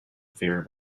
fear